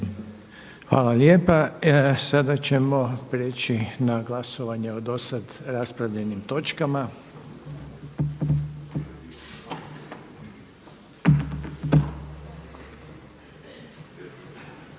Željko (HDZ)** Sada ćemo preći na glasovanje o dosad raspravljenim točkama.